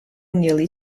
nearly